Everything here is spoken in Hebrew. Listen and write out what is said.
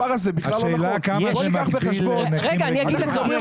על שעות ליווי